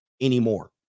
anymore